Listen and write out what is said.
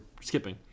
skipping